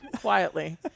quietly